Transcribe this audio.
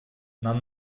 нам